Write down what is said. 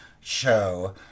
show